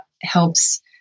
helps